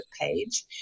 page